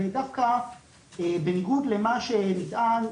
ודווקא בניגוד למה שנטען,